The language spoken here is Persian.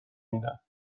میدن